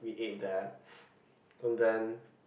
we ate that and then